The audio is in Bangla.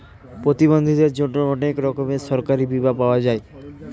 প্রতিবন্ধীদের জন্যে অনেক রকমের সরকারি বীমা পাওয়া যায়